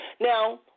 Now